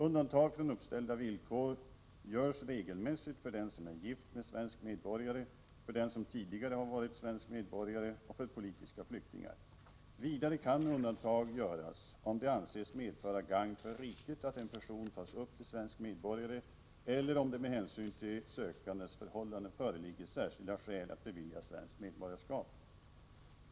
Undantag från uppställda villkor görs regelmässigt för den som är gift med svensk medborgare, för den som tidigare har varit svensk medborgare och för politiska flyktingar. Vidare kan undantag göras om det anses medföra gagn för riket att en person tas upp till svensk medborgare eller om det med hänsyn till sökandens förhållanden föreligger särskilda skäl att bevilja svenskt medborgarskap.